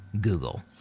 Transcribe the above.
Google